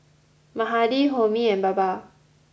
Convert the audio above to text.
Mahade Homi and Baba